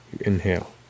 inhale